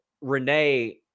Renee